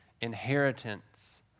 inheritance